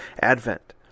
advent